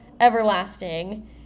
everlasting